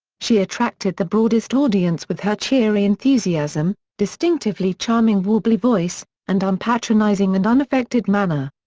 she attracted the broadest audience with her cheery enthusiasm, distinctively charming warbly voice, and unpatronizing and unaffected manner.